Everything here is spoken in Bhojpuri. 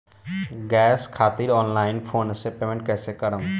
गॅस खातिर ऑनलाइन फोन से पेमेंट कैसे करेम?